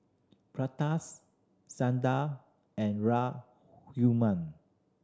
and Raghuram